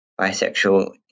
bisexual